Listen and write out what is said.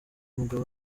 mugabo